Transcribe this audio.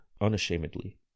unashamedly